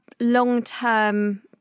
long-term